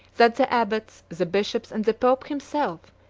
that the abbots, the bishops, and the pope himself,